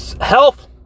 Health